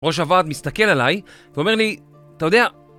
ראש הוועד מסתכל עליי ואומר לי אתה יודע...